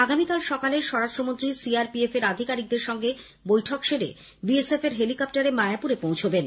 আগামীকাল সকালে স্বরাষ্ট্রমন্ত্রী সিআরপিএফের আধিকারিকদের সঙ্গে বৈঠক সেরে বিএসএফের হেলিকপ্টারে মায়াপুরে পৌঁছাবেন